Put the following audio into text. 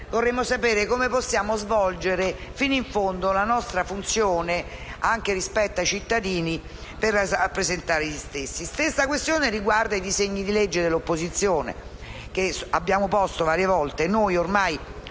vorremmo sapere come possiamo svolgere fino in fondo la nostra funzione anche rispetto ai cittadini che rappresentiamo. La stessa questione riguarda i disegni di legge dell'opposizione, che abbiamo posto varie volte.